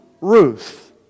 Ruth